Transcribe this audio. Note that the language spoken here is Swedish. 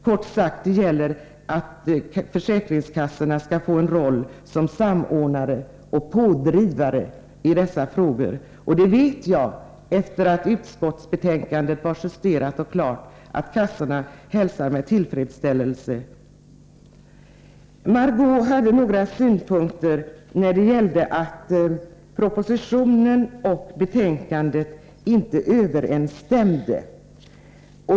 Försäkringskassorna skall, kort sagt, få en uppgift som samordnare och pådrivare i dessa frågor. Det vet jag att kassorna — efter det att utskottsbetänkandet var justerat och klart — hälsade med tillfredsställelse.